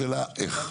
השאלה היא איך.